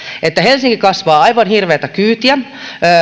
että helsinki kasvaa aivan hirveätä kyytiä